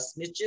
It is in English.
snitches